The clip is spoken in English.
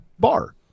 bar